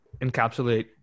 encapsulate